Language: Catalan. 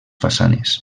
façanes